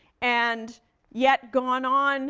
and yet gone on